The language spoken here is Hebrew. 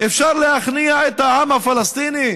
אפשר להכניע את העם הפלסטיני,